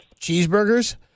Cheeseburgers